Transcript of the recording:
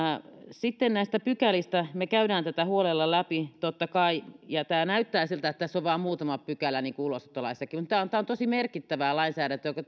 sitten näistä pykälistä me käymme tätä huolella läpi totta kai tämä näyttää siltä että tässä on vaan muutama pykälä niin kuin ulosottolaissakin mutta tämä on tosi merkittävää lainsäädäntöä tämä